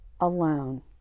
alone